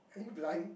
are you blind